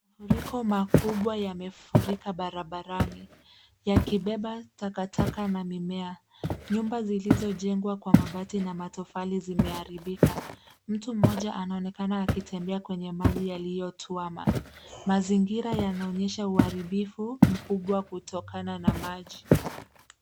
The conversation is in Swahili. Mafuriko makubwa yamefurika barabarani yakibeba takataka na mimea. Nyumba zilizojengwa kwa mabati na matofali zimeharibika. Mtu mmoja anaonekana akitembea kwenye maji yaliyotuama. Mazingira yanaonyesha uharibifu mkubwa kutokana na maji.